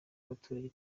abaturage